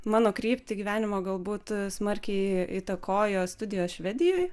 mano kryptį gyvenimo galbūt smarkiai įtakojo studijos švedijoj